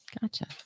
Gotcha